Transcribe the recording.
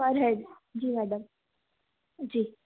पर head ji madam जी